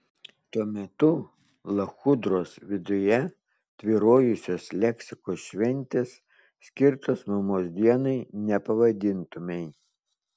tuo metu lachudros viduje tvyrojusios leksikos šventės skirtos mamos dienai nepavadintumei